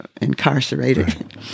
incarcerated